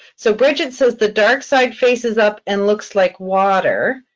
so bridget says, the dark side faces up and looks like water.